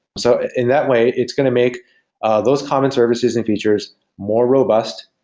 so in that way, it's going to make those common services and features more robust,